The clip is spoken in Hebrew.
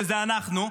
שזה אנחנו,